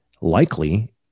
likely